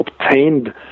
obtained